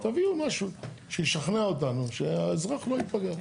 תביאו משהו שישכנע אותנו שהאזרח לא ייפגע.